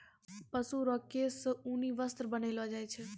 पशु रो केश से ऊनी वस्त्र बनैलो छै